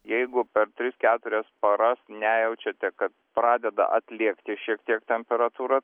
jeigu per tris keturias paras nejaučiate kad pradeda atlėgti šiek tiek temperatūra